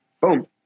Boom